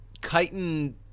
chitin